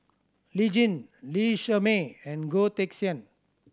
Lee Tjin Lee Shermay and Goh Teck Sian